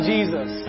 Jesus